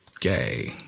gay